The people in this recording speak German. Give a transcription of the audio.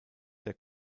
der